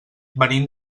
venim